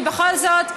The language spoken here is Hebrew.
כי בכל זאת,